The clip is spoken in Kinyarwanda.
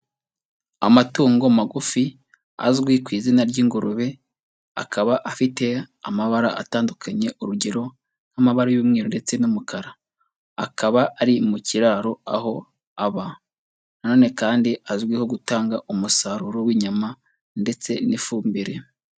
Amatungo magufi azwi ku izina ry'ingurube akaba afite amabara atandukanye urugero nk'amabara y'umweru ndetse n'umukara, akaba ari mu kiraro aho aba nano kandi azwiho gutanga umusaruro w'inyama ndetse n'ifumbire.